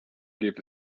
gave